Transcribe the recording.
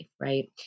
Right